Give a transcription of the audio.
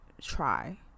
try